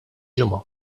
ġimgħa